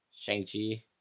Shang-Chi